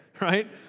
right